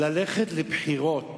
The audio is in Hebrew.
ללכת לבחירות